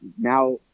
now